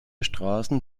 straßen